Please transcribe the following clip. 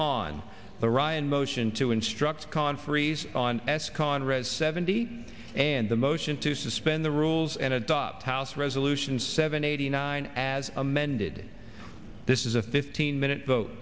on the ryan motion to instruct conferees on s conrad seventy and the motion to suspend the rules and adopt house resolution seven eighty nine as amended this is a fifteen minute vote